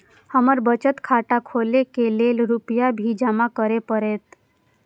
हमर बचत खाता खोले के लेल रूपया भी जमा करे परते?